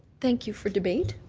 thank you for debate.